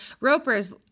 Ropers